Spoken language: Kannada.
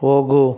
ಹೋಗು